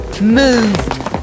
move